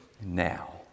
now